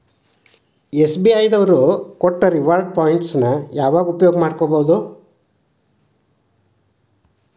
SBI ದವ್ರು ಕೊಟ್ಟ reward points ನ ಯಾವಾಗ ಉಪಯೋಗ ಮಾಡ್ಕೋಬಹುದು?